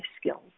skills